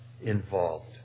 involved